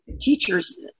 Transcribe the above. teachers